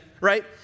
right